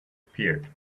appeared